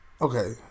Okay